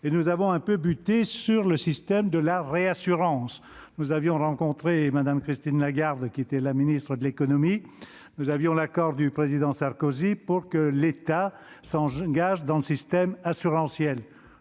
nous avons buté sur le système de la réassurance. Nous avions rencontré Mme Christine Lagarde, qui était alors ministre de l'économie, et obtenu l'accord du président Sarkozy pour que l'État s'engage dans le système assurantiel.